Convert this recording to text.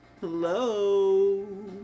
Hello